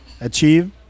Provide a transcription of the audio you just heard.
achieve